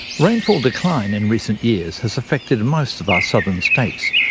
rainfall decline in recent years has affected most of our southern states.